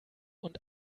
und